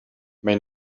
may